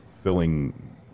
Filling